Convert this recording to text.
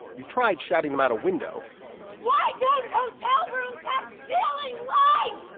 you tried shouting them out a window why don't hotel rooms have ceiling lights?